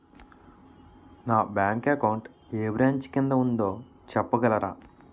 నా bank account ఏ branch కిందా ఉందో చెప్పగలరా?